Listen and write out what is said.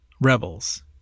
Rebels